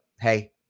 hey